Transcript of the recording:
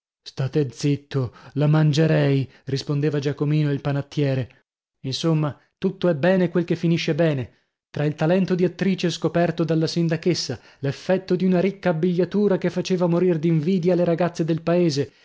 state zitto la mangerei rispondeva giacomino il panattiere insomma tutto è bene quel che finisce bene tra il talento di attrice scoperto dalla sindachessa l'effetto di una ricca abbigliatura che faceva morir d'invidia le ragazze del paese